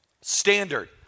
Standard